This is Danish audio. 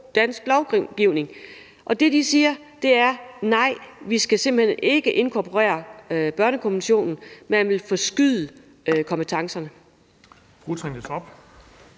dansk lovgivning. Og det, de siger, er: Nej, vi skal simpelt hen ikke inkorporere børnekonventionen; man ville forskyde kompetencerne.